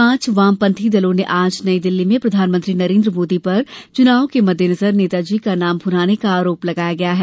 पांच वामपंथी दलों ने आज नई दिल्ली में प्रधानमंत्री नरेन्द्र मोदी पर चुनाव के मद्देनजर नेताजी का नाम भुनाने का आरोप लगाया है